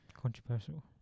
Controversial